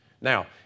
Now